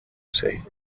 say